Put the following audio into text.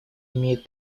имеет